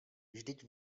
vždyť